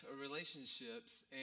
relationships